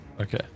Okay